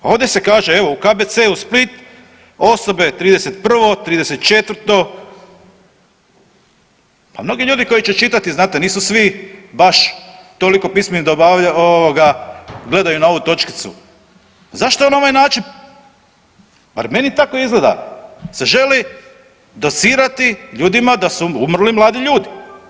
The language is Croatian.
A ovdje se kaže evo u KBC-u Split osobe '31., '34., pa mnogi ljudi koji će čitati znate nisu svi baš toliko pismeni da ovoga gledaju na ovu točkicu, zašto je na ovaj način, bar meni tako izgleda, se želi docirati ljudima da su umrli mladi ljudi.